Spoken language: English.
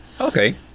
Okay